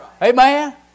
Amen